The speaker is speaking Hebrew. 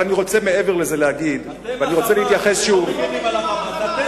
אתם ה"חמאס", אתם לא מגינים על ה"חמאס".